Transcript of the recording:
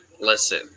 Listen